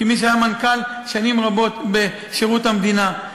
כמי שהיה מנכ"ל שנים רבות בשירות המדינה,